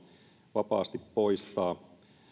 vapaasti poistaa